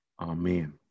Amen